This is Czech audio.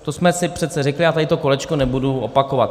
To jsme si přece řekli a tady to kolečko nebudu opakovat.